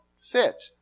fit